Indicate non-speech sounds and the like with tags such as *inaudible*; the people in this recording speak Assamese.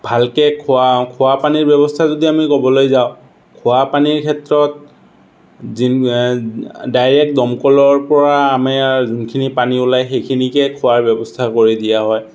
ভালকৈ খোৱা খোৱাৰ পানীৰ ব্যৱস্থা যদি আমি ক'বলৈ যাওঁ খোৱা পানীৰ ক্ষেত্ৰত *unintelligible* ডাইৰেক্ট দমকলৰপৰা আনে যোনখিনি পানী ওলায় সেইখিনিকে খোৱাৰ ব্যৱস্থা কৰি দিয়া হয়